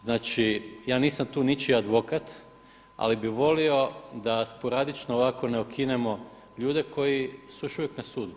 Znači, ja nisam tu ničiji advokat, ali bih volio da sporadično ovako ne okinemo ljude koji su još uvijek na sudu.